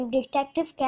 Detective